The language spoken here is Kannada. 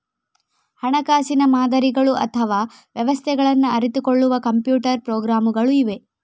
ಹಣಕಾಸಿನ ಮಾದರಿಗಳು ಅಥವಾ ವ್ಯವಸ್ಥೆಗಳನ್ನ ಅರಿತುಕೊಳ್ಳುವ ಕಂಪ್ಯೂಟರ್ ಪ್ರೋಗ್ರಾಮುಗಳು ಇವೆ